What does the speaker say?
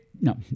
No